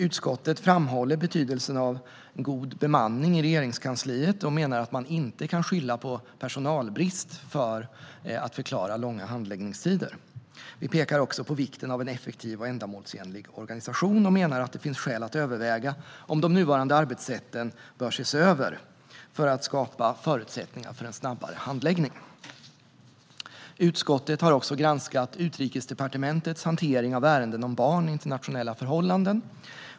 Utskottet framhåller betydelsen av en god bemanning i Regeringskansliet och menar att man inte kan skylla på personalbrist för att förklara långa handläggningstider. Vi pekar också på vikten av en effektiv och ändamålsenlig organisation och menar att det finns skäl att överväga om de nuvarande arbetssätten bör ses över för att skapa förutsättningar för en snabbare handläggning. Utskottet har också granskat Utrikesdepartementets hantering av ärenden om barn i internationella förhållanden.